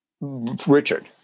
Richard